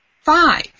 five